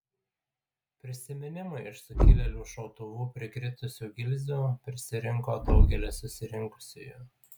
prisiminimui iš sukilėlių šautuvų prikritusių gilzių prisirinko daugelis susirinkusiųjų